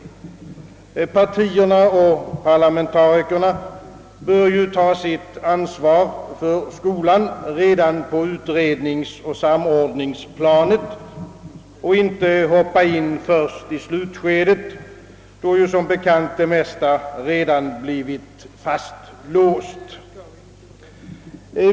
Partierna och parlamentarikerna bör ta sitt ansvar för skolan redan på utredningsoch samordningsplanet och inte hoppa in först i slutskedet, då det mesta, som bekant, redan har blivit fastlåst.